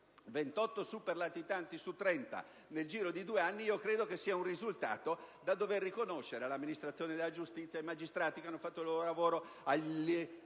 28 superlatitanti su 30 nel giro di due anni. Reputo questo un risultato da riconoscere all'amministrazione della giustizia, ai magistrati che hanno compiuto il loro lavoro, agli